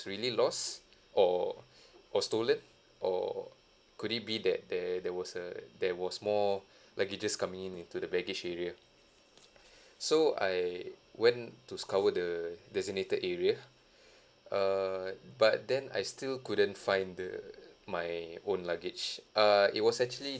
really lost or or stolen or could it be that there there was a there was more luggages coming in into the baggage area so I went to scout the designated area err but then I still couldn't find the my own luggage uh it was actually